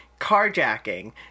carjacking